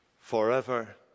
forever